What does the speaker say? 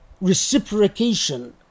reciprocation